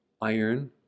iron